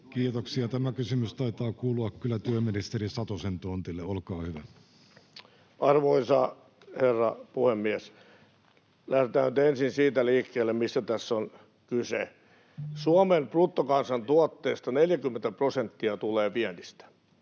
Kiitoksia. — Tämä kysymys taitaa kuulua kyllä työministeri Satosen tontille. — Olkaa hyvä. Arvoisa herra puhemies! Lähdetään nyt ensin siitä liikkeelle, mistä tässä on kyse. Suomen bruttokansantuotteesta 40 prosenttia tulee viennistä.